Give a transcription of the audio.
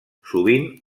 sovint